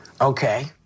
Okay